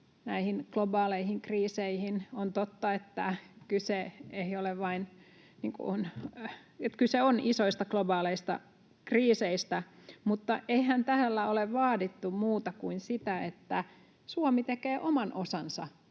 näihin globaaleihin kriiseihin: On totta, että kyse on isoista globaaleista kriiseistä, mutta eihän täällä ole vaadittu muuta kuin sitä, että Suomi tekee oman osansa.